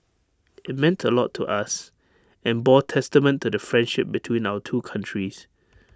IT meant A lot to us and bore testament to the friendship between our two countries